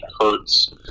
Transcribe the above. hurts